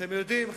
אתם יודעים,